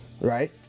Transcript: right